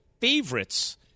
favorites